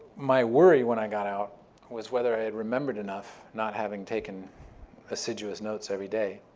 my worry when i got out was whether i had remembered enough, not having taken assiduous notes every day,